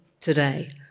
today